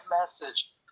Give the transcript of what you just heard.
message